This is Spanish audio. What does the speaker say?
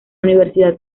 universidad